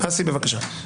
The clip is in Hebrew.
אסי, בבקשה.